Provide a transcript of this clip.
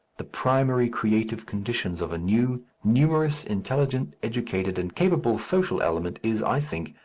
the primary creative conditions of a new, numerous, intelligent, educated, and capable social element is, i think,